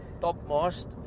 topmost